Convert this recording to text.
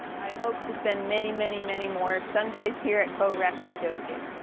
i hope to spend many many, many more sundays here at co-rec with jo kidd.